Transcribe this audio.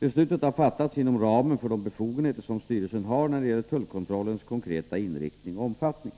Beslutet har fattats inom ramen för de befogenheter som styrelsen har när det gäller tullkontrollens konkreta inriktning och omfattning.